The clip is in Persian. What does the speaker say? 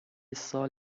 سال